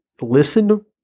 listen